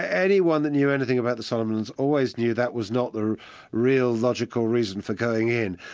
anyone that knew anything about the solomons always knew that was not the real logical reason for going in.